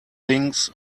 things